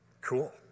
Cool